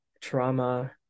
trauma